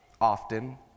often